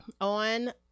on